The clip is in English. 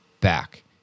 back